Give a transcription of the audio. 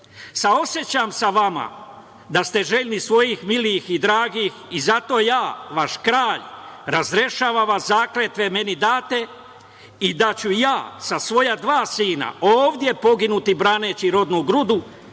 Saosećam sa vama da ste željni svojih milih i dragih, i zato ja, vaš kralj, razrešavam vas zakletve meni date, i da ću ja sa svoja dva sina, ovde poginuti braneći rodnu grudu